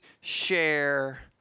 share